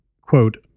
quote